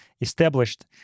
established